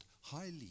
highly